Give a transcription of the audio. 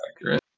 accurate